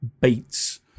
beats